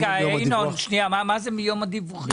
מה זה מיום הדיווחים?